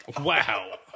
Wow